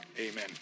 Amen